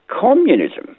communism